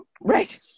Right